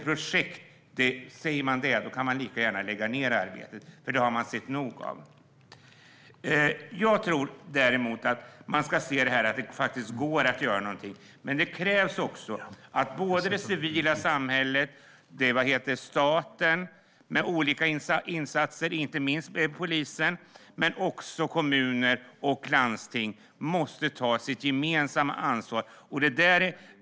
Projekt har man sett nog av. Då kan man ligga gärna lägga ned arbetet. Det går att göra någonting, men det krävs också att både det civila samhället och staten, med olika insatser - inte minst från polisen, samt kommuner och landsting tar sitt gemensamma ansvar.